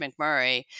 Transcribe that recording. McMurray